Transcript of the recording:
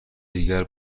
دیگه